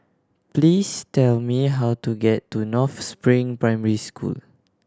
please tell me how to get to North Spring Primary School